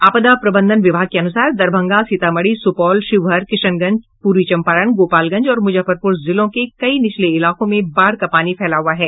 आपदा प्रबंधन विभाग के अनुसार दरभंगा सीतामढ़ी सुपौल शिवहर किशनगंज पूर्वी चम्पारण गोपालगंज और मुजफ्फरपुर जिलों के कई निचले इलाकों में बाढ़ का पानी फैला हुआ है